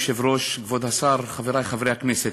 אדוני היושב-ראש, כבוד השר, חברי חברי הכנסת,